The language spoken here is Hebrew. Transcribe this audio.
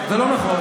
זה לא נכון.